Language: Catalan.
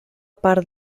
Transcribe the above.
part